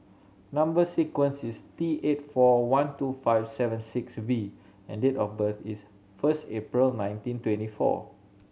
number sequence is T eight four one two five seven six V and the date of birth is first April nineteen twenty four